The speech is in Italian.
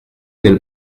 del